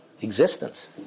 existence